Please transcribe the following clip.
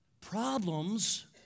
Problems